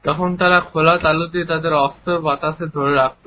তখন তারা খোলা তালু দিয়ে তাদের অস্ত্র বাতাসে ধরে রাখত